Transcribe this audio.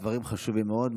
דברים חשובים מאוד.